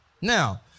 Now